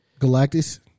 galactus